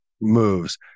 moves